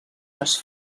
les